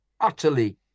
utterly